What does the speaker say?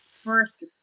first